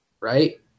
Right